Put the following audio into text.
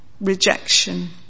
rejection